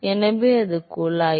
எனவே அது குழாய்